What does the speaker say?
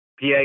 PA